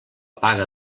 paga